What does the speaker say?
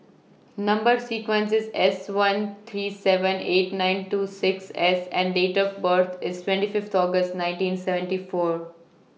Number sequence IS S one three seven eight nine two six S and Date of birth IS twenty Fifth August nineteen seventy four